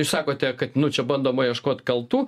jūs sakote kad nu čia bandoma ieškot kaltų